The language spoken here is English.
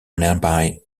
nearby